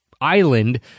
island